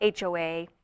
HOA